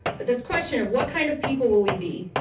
but this question of what kind of people will we be,